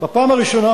בפעם הראשונה,